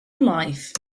life